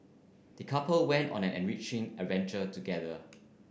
the couple went on an enriching adventure together